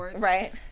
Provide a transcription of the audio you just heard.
right